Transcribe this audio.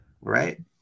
Right